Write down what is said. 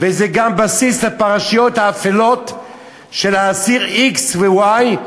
זה גם בסיס לפרשיות האפלות של האסיר x ו-y,